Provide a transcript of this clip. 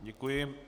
Děkuji.